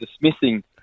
dismissing